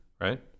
Right